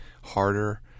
harder